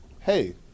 hey